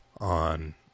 on